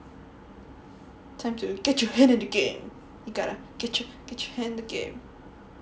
time to get your head in the game you gotta get your get your head in the game